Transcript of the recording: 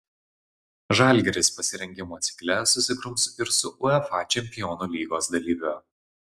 žalgiris pasirengimo cikle susigrums ir su uefa čempionų lygos dalyviu